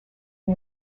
may